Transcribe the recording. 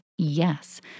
Yes